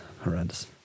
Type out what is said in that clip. horrendous